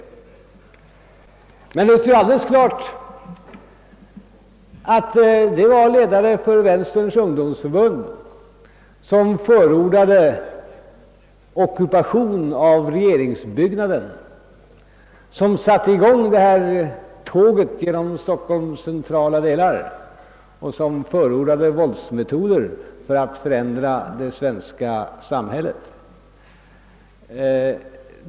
Det står emellertid alldeles klart att det var l1edare för Vänsterns ungdomsförbund som förordade ockupationen av regeringsbyggnaden, som satte i gång demonstrationståget genom Stockholms centrala delar och som rekommenderade användandet av våldsmetoder för att förändra det svenska samhället.